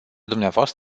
dvs